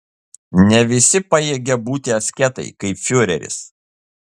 ne visi pajėgia būti asketai kaip fiureris